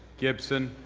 gipson,